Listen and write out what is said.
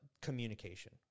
communication